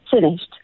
finished